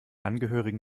angehörigen